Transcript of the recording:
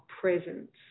presence